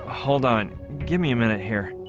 hold on give me a minute here